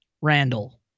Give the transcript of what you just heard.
Randall